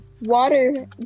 Water